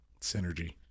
Synergy